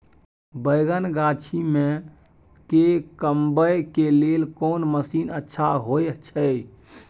बैंगन गाछी में के कमबै के लेल कोन मसीन अच्छा होय छै?